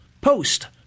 post